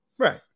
Right